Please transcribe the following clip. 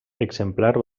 exemplar